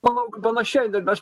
manau panašiai aš